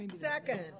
Second